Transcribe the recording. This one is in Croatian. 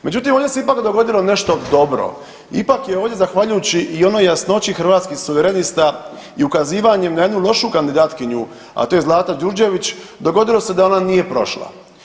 Međutim, ovdje se ipak dogodilo nešto dobro, ipak je ovdje zahvaljujući i onoj jasnoći Hrvatskih suverenista i ukazivanjem na jednu lošu kandidatkinju, a to je Zlata Đurđević, dogodilo se da ona nije prošla.